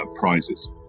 prizes